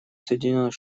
соединенных